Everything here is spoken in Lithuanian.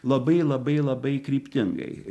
labai labai labai kryptingai